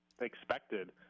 expected